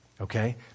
Okay